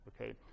okay